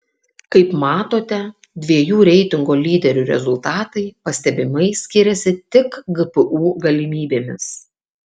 kaip matote dviejų reitingo lyderių rezultatai pastebimai skiriasi tik gpu galimybėmis